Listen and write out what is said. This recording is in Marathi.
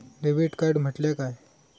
डेबिट कार्ड म्हटल्या काय?